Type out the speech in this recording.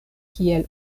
kiel